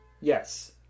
Yes